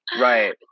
Right